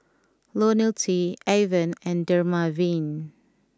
Lonil T Avene and Dermaveen